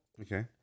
Okay